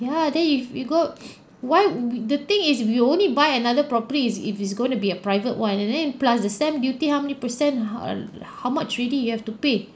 ya then if you go why would the thing is if you only buy another property is if it's going to be a private one and then plus the stamp duty how many percent har~ how much already you have to pay